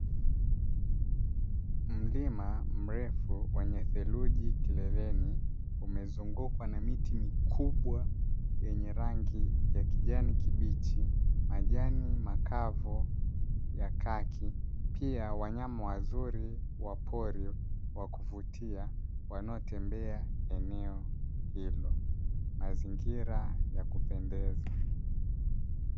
Mlima mrefu wenye theluji kileleni umezungukwa na miti mikubwa yenye rangi ya kijani kibichi, majani makavu ya kaki. Pia wanyama wazuri wa pori wakuvutia wanaotembea eneo hilo, mazingira ya kupendeza.